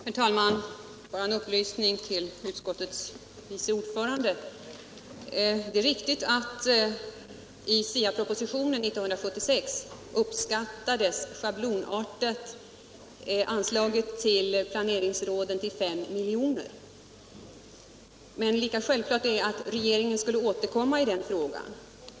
Herr talman! Bara en upplysning till utskottets vice ordförande. Det är riktigt att anslaget till planeringsråden i SIA-propositionen 1976 schablonartat uppskattades till 5 miljoner, men det var självklart att regeringen skulle återkomma till den frågan.